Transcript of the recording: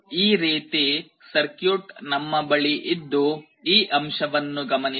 ಈ ರೀತಿ ಸರ್ಕ್ಯೂಟ್ ನಮ್ಮ ಬಳಿ ಇದ್ದು ಈ ಅಂಶವನ್ನು ಗಮನಿಸಿ